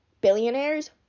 Billionaires